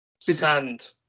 Sand